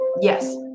yes